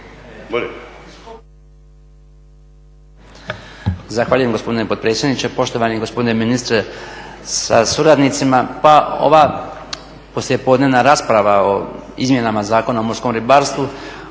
Zahvaljujem gospodine potpredsjedniče, poštovani gospodine ministre sa suradnicima. Pa ova poslijepodnevna rasprava o izmjenama Zakona o morskom ribarstvu